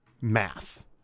math